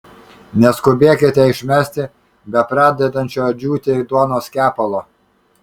neskubėkite išmesti bepradedančio džiūti duonos kepalo